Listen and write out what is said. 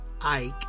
Ike